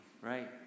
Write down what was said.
right